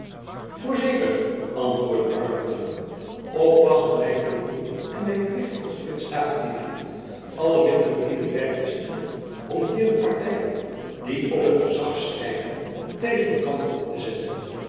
voorzeker antwoordde arlington of was het mijn roeping en mijn plicht als britsche staatsdienaar niet alle middelen in t werk te stellen om hier de partyen die om t gezach strijden tegen elkander op te zetten